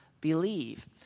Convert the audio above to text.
believe